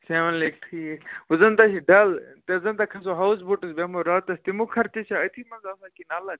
seven لیک ٹھیٖک وۅنۍ زَنتہِ چھِ ڈَل تَتہِ زَنتہِ کھسو ہاوُس بوٹَس بیٚہمَو راتَس تَمیُک خرچہٕ چھا أتھی منٛز آسان کِنہٕ الگ